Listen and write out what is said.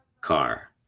car